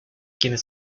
quienes